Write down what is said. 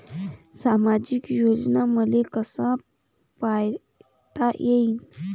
सामाजिक योजना मले कसा पायता येईन?